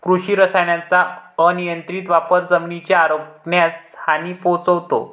कृषी रसायनांचा अनियंत्रित वापर जमिनीच्या आरोग्यास हानी पोहोचवतो